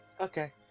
Okay